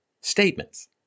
Statements